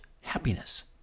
happiness